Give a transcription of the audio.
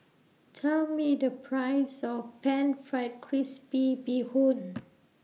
Tell Me The Price of Pan Fried Crispy Bee Hoon